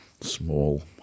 small